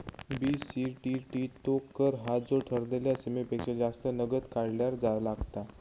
BCTT तो कर हा जो ठरलेल्या सीमेपेक्षा जास्त नगद काढल्यार लागता